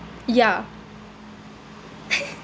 ya